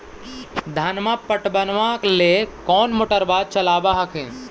धनमा पटबनमा ले कौन मोटरबा चलाबा हखिन?